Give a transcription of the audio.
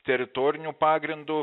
teritoriniu pagrindu